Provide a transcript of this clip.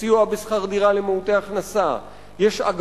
יש סיוע בשכר דירה למעוטי הכנסה,